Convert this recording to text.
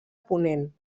ponent